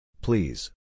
Please